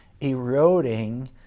eroding